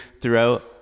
throughout